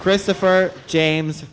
christopher james